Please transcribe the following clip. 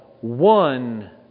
one